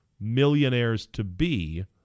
millionaires-to-be